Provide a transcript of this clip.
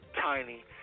tiny